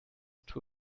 two